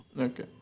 okay